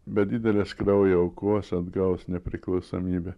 be didelės kraujo aukos atgaus nepriklausomybę